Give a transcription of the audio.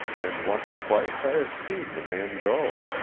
and once or twice i have seen the man go.